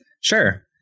Sure